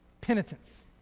penitence